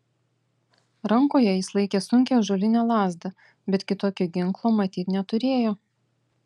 rankoje jis laikė sunkią ąžuolinę lazdą bet kitokio ginklo matyt neturėjo